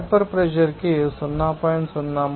vapour pressure నికి 0